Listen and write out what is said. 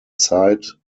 zeit